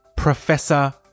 Professor